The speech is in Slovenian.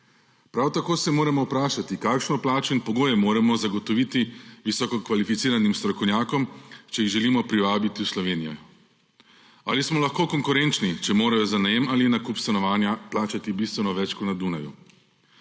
Prav tako se moramo vprašati, kakšno plačo in pogoje moramo zagotoviti visoko kvalificiranim strokovnjakom, če jih želimo privabiti v Slovenijo. Ali smo lahko konkurenčni, če morajo za najem ali nakup stanovanja plačati bistveno več kot na Dunaju?